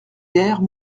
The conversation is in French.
guerre